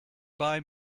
buy